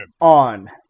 on